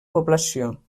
població